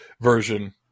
version